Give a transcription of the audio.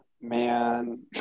man